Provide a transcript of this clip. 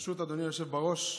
אדוני השר,